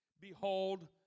Behold